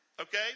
okay